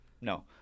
No